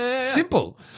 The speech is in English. Simple